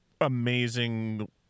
amazing